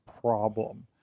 problem